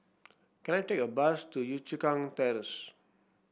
can I take a bus to Yio Chu Kang Terrace